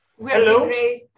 Hello